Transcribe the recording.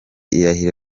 irahira